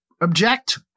object